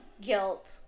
guilt